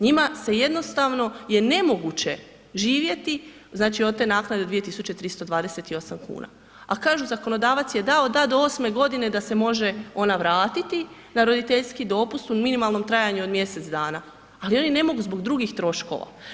Njima je jednostavno nemoguće živjeti znači od te naknade od 2328 kuna a kažu zakonodavac je dao da do osme godine da se može ona vratiti na roditeljski dopust u minimalnom trajanju od mjesec dana ali oni ne mogu zbog drugih troškova.